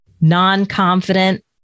non-confident